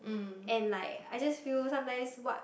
and like I just feel sometimes what